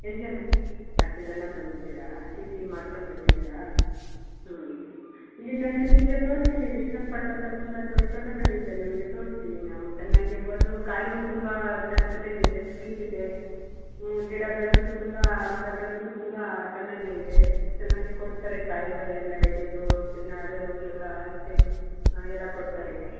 ಎಷ್ಟು ಜನ ಹತ್ತು ಜನ ಬಂದಿದ್ದೀರಾ ಟಿ ಟಿ ಮಾಡ್ಕೊಂಡು ಬಂದಿದ್ದೀರಾ ಹ್ಞೂ ಹ್ಞೂ ಇಲ್ಲಿ ನಾನು ನಿಮಗೆ ತೋರ್ಸ್ತಿನಿ ಇರಿ ಶ್ರೀ ರಂಗ ಪಟ್ನದ್ ಹತ್ತಿರ ತುಂಬ ತೋಟಗಳು ಇದೆ ನಮಗೆ ತೋರ್ಸ್ತಿನಿ ನಾವು ಚೆನ್ನಾಗೆ ವದು ಕಾಯಿನು ತುಂಬಾ ಚೆನ್ನಾಗಿದೆ ಸ್ವೀಟ್ ಇದೆ ಹ್ಞೂ ಗಿಡಗಳನ್ನು ತುಂಬಾ ಮರಗಳನ್ನು ತುಂಬಾ ಚೆನ್ನಾಗೆ ಇದೆ ಚೆನ್ನಾಗಿ ಕೊಡ್ತಾರೆ ಕಾಯಿಗಳು ಎಲ್ಲ ಎಳನೀರು ಕೆನಾರಲ್ಲು ಎಲ್ಲಾ ಸೆ ಹಾಂ ಎಲ್ಲ ಕೊಡ್ತಾರೆ